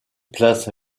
place